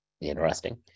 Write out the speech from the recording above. Interesting